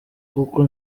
kuko